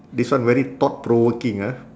this one very thought provoking ah